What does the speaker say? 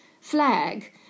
flag